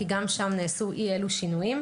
כי גם שם נעשו אי אלו שינויים.